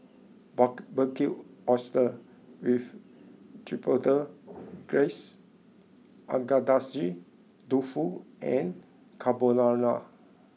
Barbecued Oysters with Chipotle Glaze Agedashi Dofu and Carbonara